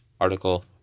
article